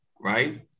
right